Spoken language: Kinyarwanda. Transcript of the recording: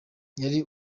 yari